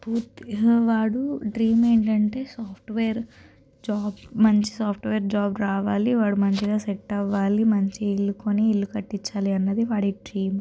పూ వాడు డ్రీమ్ ఏంటంటే సాఫ్ట్వేర్ జాబ్ మంచి సాఫ్ట్వేర్ జాబ్ రావాలి వాడు మంచిగా సెట్ అవ్వాలి మంచి ఇళ్ళు కొని ఇళ్ళు కట్టించాలి అన్నది వాడి డ్రీమ్